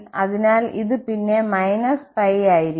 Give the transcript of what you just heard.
അതിനാൽ അത് പിന്നെ π ആയിരിക്കും